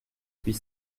huit